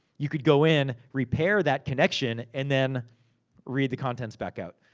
you could go in, repair that connection, and then read the contents back out.